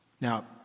Now